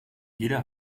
jeder